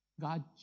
God